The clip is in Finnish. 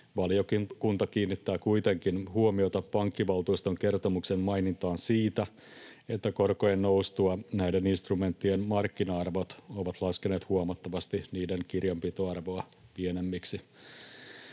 Valiokunta kiinnittää kuitenkin huomiota pankkivaltuuston kertomuksen mainintaan siitä, että korkojen noustua näiden instrumenttien markkina-arvot ovat laskeneet huomattavasti niiden kirjanpitoarvoa pienemmiksi.